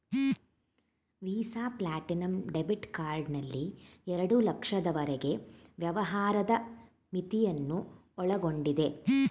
visa platinum debit card ನಲ್ಲಿ ಎರಡು ಲಕ್ಷದವರೆಗೆ ವ್ಯವಹಾರದ ಮಿತಿಯನ್ನು ಒಳಗೊಂಡಿದೆ